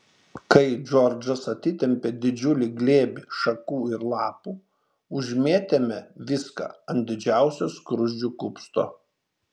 kai džordžas atitempė didžiulį glėbį šakų ir lapų užmėtėme viską ant didžiausio skruzdžių kupsto